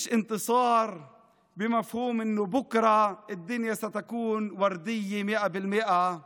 זה לא ניצחון במובן הזה שמחר העולם יהיה ורוד במאה אחוז,